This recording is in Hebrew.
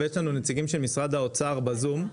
בעצם, הנציגים של משרד האוצר בזום.